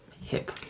Hip